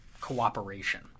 cooperation